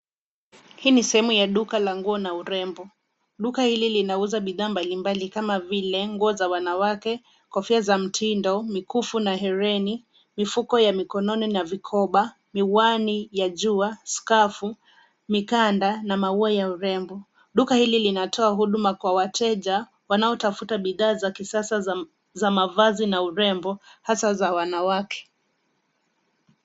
Hii ni sehemu ya duka la nguo na urembo. Duka hili linauza bidhaa mbalimbali kama vile nguo za wanawake, kofia za mtindo, mikufu na hereni, mifuko ya mikononi na vikoba, miwani ya jua, scarf ,mikanda na maua ya urembo. Duka hili linatoa huduma kwa wateja, wanaotafuta bidhaa za kisasa za mavazi na urembo, hasa za wanawake.